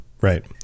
right